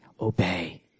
obey